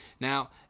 now